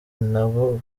nabo